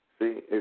See